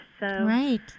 Right